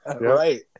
Right